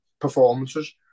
performances